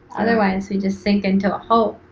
otherwise we'd just sink into a hole.